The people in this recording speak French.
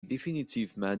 définitivement